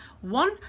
one